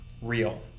real